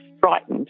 frightened